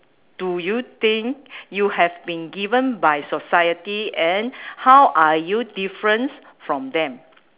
do you think you have been given by society and how are you difference from them